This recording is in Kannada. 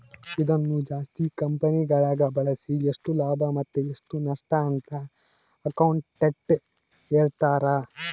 ಇದನ್ನು ಜಾಸ್ತಿ ಕಂಪೆನಿಗಳಗ ಬಳಸಿ ಎಷ್ಟು ಲಾಭ ಮತ್ತೆ ಎಷ್ಟು ನಷ್ಟಅಂತ ಅಕೌಂಟೆಟ್ಟ್ ಹೇಳ್ತಾರ